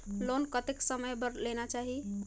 Loan कतेक समय बर लेना चाही?